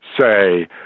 say